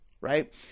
right